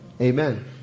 amen